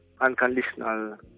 unconditional